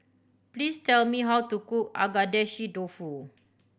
please tell me how to cook Agedashi Dofu